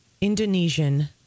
Indonesian